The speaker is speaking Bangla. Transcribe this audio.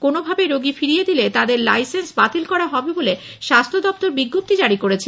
কোনোভাবে রোগী ফিরিয়ে দিলে তাদের লাইসেন্স বাতিল করা হবে বলে স্বাস্থ্য দপ্তর বিজ্ঞপ্তি জারি করেছে